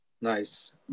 Nice